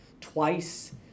twice